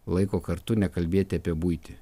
laiko kartu nekalbėti apie buitį